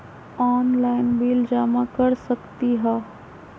Online bill जमा कर सकती ह?